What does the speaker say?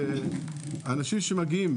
ואנשים שמגיעים,